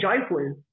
joyful